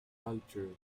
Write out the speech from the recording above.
culture